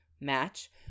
match